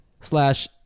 slash